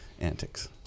antics